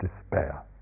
despair